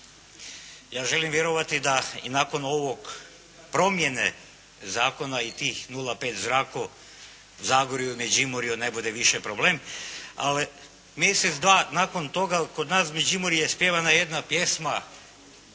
Ja želim vjerovati da i nakon ovog, promjene zakona i tih 0,5 u zraku u Zagorju, Međimurju ne bude više problem. Ali mjesec, dva nakon toga kod nas je u Međimurju ispjevana jedna pjesma